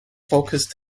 focused